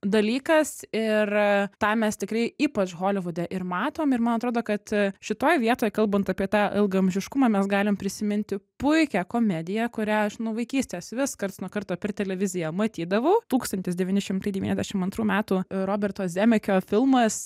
dalykas ir tą mes tikrai ypač holivude ir matom ir man atrodo kad šitoj vietoj kalbant apie tą ilgaamžiškumą mes galim prisiminti puikią komediją kurią aš nuo vaikystės vis karts nuo karto per televiziją matydavau tūkstantis devyni šimtai devyniasdešim antrų metų roberto zemekio filmas